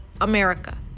America